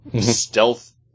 stealth